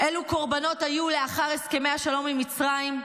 אלו קורבנות היו לאחר הסכמי השלום עם מצרים,